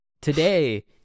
Today